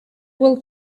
will